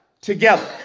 together